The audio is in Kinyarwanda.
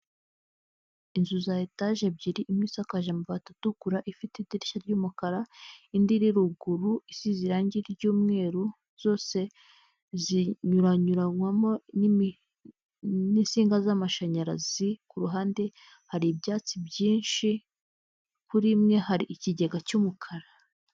Inzu za etaje ebyiri imwe isakaje amabati atukura ifite idirishya ry'umukara, indi iri ruguru isize irangi ry'umweru. Zose zinyuranyuranywamo n'insinga z'amashanyarazi, ku ruhande hari ibyatsi byinshi, kuri imwe hari ikigega cy'umukara.